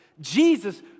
Jesus